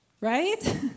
Right